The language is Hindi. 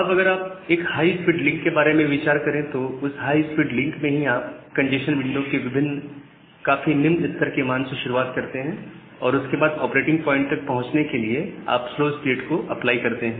अब अगर आप एक हाई स्पीड लिंक के बारे में विचार करें तो उस हाई स्पीड लिंक में ही आप कंजेशन विंडो के काफी निम्न स्तर के मान से शुरुआत कर रहे हैं और उसके बाद ऑपरेटिंग प्वाइंट तक पहुंचने के लिए आप स्लो स्टार्ट को अप्लाई कर रहे हैं